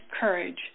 courage